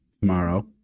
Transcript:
tomorrow